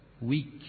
weak